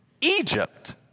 Egypt